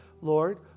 Lord